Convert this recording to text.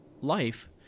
life